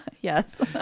yes